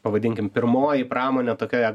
pavadinkim pirmoji pramonė tokioje